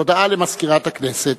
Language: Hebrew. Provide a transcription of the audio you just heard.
הודעה למזכירת הכנסת.